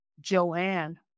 Joanne